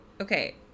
Okay